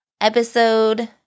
episode